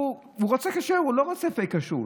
הוא רוצה כשר, הוא לא רוצה פייק כשרות.